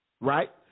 right